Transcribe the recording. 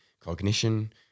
cognition